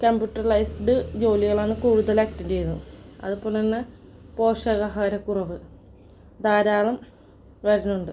computerised ജോലികളാണ് കൂടുതലും attend ചെയ്യുന്നത് അതുപോലെ തന്നെ പോഷകാഹാരക്കുറവ് ധാരാളം വരണുണ്ട്